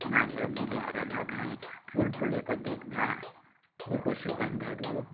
मागेर पनि ल्याएर लगाएँ फुल फुलेको देख्दा फुलको सुगन्धहरू